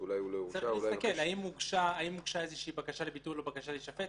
צריך להסתכל האם הוגשה בקשה לביטול או בקשה להישפט.